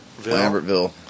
Lambertville